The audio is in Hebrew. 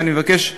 ואני מבקש,